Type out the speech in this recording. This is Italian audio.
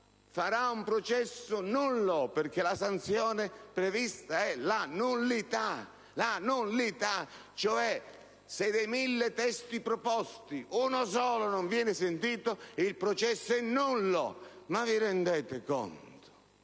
farà un processo nullo, in quanto la sanzione prevista è la nullità. In sostanza, se dei 1.000 testi proposti uno solo non viene sentito il processo è nullo. Ma vi rendete conto